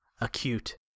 acute